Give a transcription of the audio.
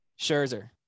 Scherzer